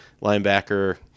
linebacker